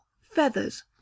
Feathers